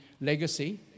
legacy